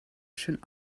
schön